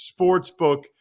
Sportsbook